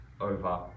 over